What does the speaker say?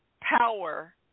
power